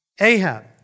Ahab